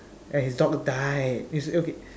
and his dog died its okay